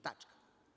Tačka.